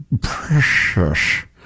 Precious